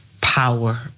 power